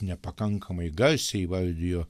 nepakankamai garsiai įvardijo